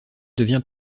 devient